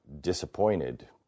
disappointed